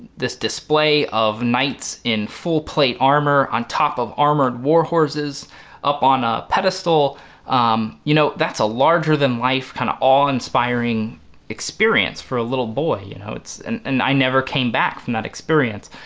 this display of knights in full plate armor on top of armored war horses up on a pedestal um you know that's a larger-than-life kind of awe inspiring experience for a little boy you know it's and i never came back from that experience.